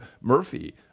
Murphy